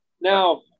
Now